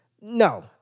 No